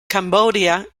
cambodia